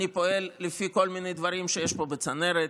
אני פועל לפי כל מיני דברים שיש פה בצנרת.